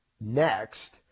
next